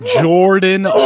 Jordan